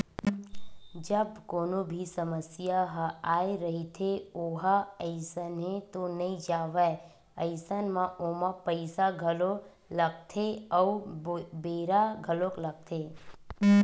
जब कोनो भी समस्या ह आय रहिथे ओहा अइसने तो नइ जावय अइसन म ओमा पइसा घलो लगथे अउ बेरा घलोक लगथे